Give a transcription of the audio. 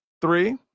three